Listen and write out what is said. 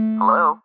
Hello